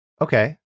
Okay